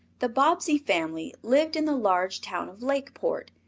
the bobbsey family lived in the large town of lakeport,